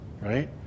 Right